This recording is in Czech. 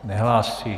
Nehlásí.